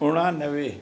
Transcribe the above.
उणानवे